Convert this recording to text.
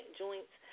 joints